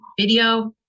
video